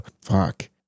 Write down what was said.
fuck